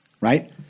right